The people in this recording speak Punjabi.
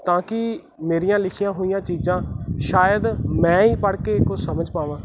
ਤਾਂ ਕਿ ਮੇਰੀਆਂ ਲਿਖੀਆਂ ਹੋਈਆਂ ਚੀਜ਼ਾਂ ਸ਼ਾਇਦ ਮੈਂ ਹੀ ਪੜ੍ਹ ਕੇ ਕੁਝ ਸਮਝ ਪਾਵਾਂ